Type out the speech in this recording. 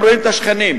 הם רואים את השכנים.